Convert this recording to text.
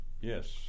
Yes